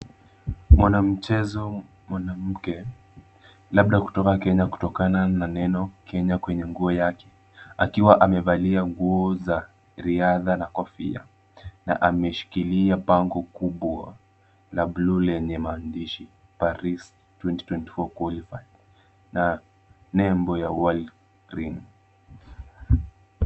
Mwanamichezo mwanamke, labda kutoka Kenya kutokana neno Kenya kwenye nguo yake, akiwa amevalia nguo za riadha na kofia, na ameshikilia bango kubwa la bluu lenye maandishi Parish 2024 qualified na nembo ya world ring .